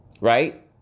Right